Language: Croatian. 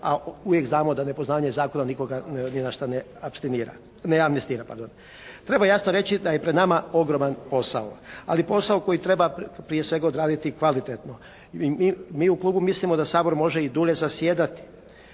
A uvijek znam o da nepoznavanje zakona nikoga ni na šta neapstinira, neamnestira, pardon. Treba jasno reći da je i pred nama ogroman posao, ali posao koji prije svega treba odraditi kvalitetno. Mi u klubu mislimo da Sabor može i dulje zasjedati,